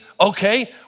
okay